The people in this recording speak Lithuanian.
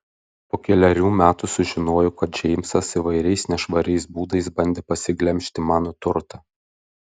po kelerių metų sužinojau kad džeimsas įvairiais nešvariais būdais bandė pasiglemžti mano turtą